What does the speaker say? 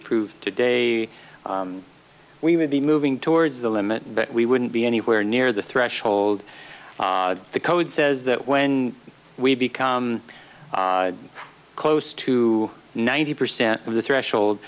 approved today we would be moving towards the limit but we wouldn't be anywhere near the threshold the code says that when we become close to ninety percent of the threshold